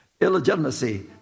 Illegitimacy